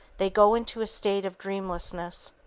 they go into a state of dreamlessness.